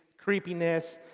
creepiness,